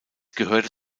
gehörte